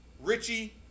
Richie